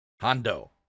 Hondo